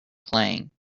playing